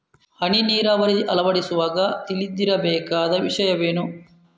ಹನಿ ನೀರಾವರಿ ಅಳವಡಿಸುವಾಗ ತಿಳಿದಿರಬೇಕಾದ ವಿಷಯವೇನು?